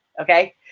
okay